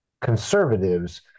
conservatives